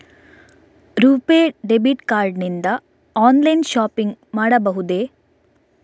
RuPay debit card ನಿಂದ online shopping ಮಾಡಬಹುದೇ?